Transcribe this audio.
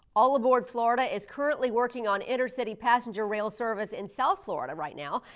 all aboard florida is currently working on inner city passenger rail service in south florida right now.